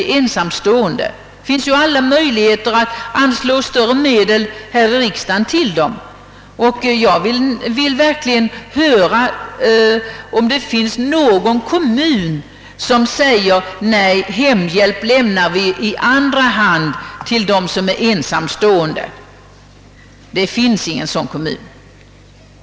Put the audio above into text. Det finns ju alla möjligheter att här i riksdagen anslå ökade medel till dem. Jag vill verkligen höra om det finns någon kommun som säger: Nej, hemhjälp lämnar vi bara i andra hand till de ensamstående. Det finns ingen sådan kommun!